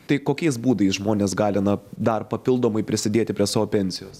tai kokiais būdais žmonės gali na dar papildomai prisidėti prie savo pensijos